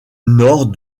nord